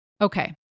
Okay